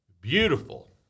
beautiful